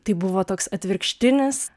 tai buvo toks atvirkštinis